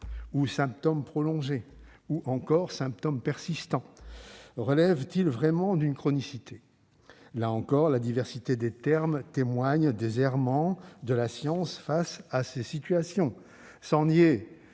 « symptômes prolongés » et « symptômes persistants », relèvent-ils vraiment d'une chronicité ? Là encore, la diversité des termes témoigne des errements de la science face à ces situations. Sans